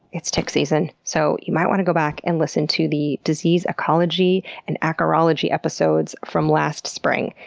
it's tick season, so you might want to go back and listen to the disease ecology and acarology episodes from last spring.